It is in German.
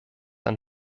ein